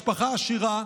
משפחה עשירה,